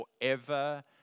forever